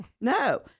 no